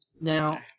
Now